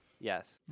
yes